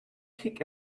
kick